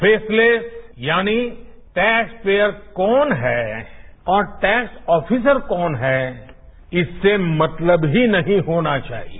faceless यानि taxpayer कौन है और टैक्स ऑफिसर कौन हैइससे मतलब ही नहीं होना चाहिए